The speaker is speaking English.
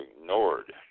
ignored